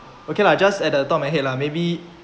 okay lah just at the top of my head lah maybe